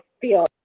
feel